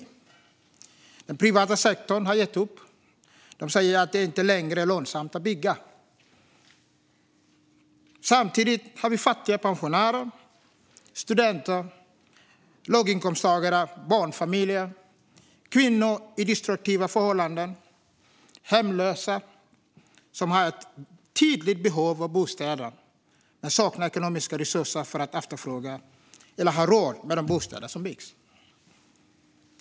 Den privata sektorn har gett upp. Man säger att det inte längre är lönsamt att bygga. Samtidigt har vi fattiga pensionärer, studenter, låginkomsttagare, barnfamiljer, kvinnor i destruktiva förhållanden och hemlösa som har ett tydligt behov av bostäder men som saknar ekonomiska resurser för att efterfråga de bostäder som byggs.